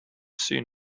soon